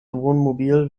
wohnmobil